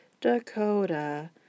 Dakota